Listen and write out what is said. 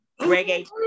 reggae